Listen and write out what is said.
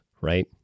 right